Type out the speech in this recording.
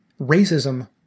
Racism